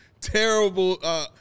Terrible